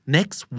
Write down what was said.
Next